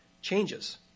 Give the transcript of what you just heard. changes